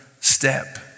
step